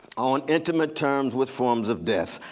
on intimate terms with forms of death.